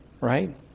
right